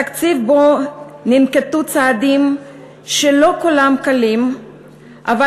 תקציב שננקטו בו צעדים שלא כולם קלים,